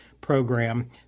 program